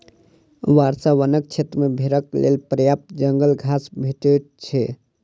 वर्षा वनक क्षेत्र मे भेड़क लेल पर्याप्त जंगल घास भेटैत छै